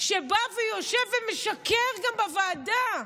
בא ויושב ומשקר גם בוועדה,